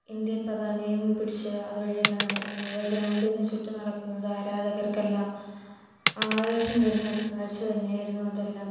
Indian പതാകയും പിടിച്ച് അതുവഴിയെല്ലാം നടക്കുന്നത് ഗ്രൗണ്ടിന് ചുറ്റും നടക്കുന്നത് ആരാധകർക്കെല്ലാം ആവേശം വരുന്ന ഒരു കാഴ്ച തന്നെയായിരുന്നു അതെല്ലാം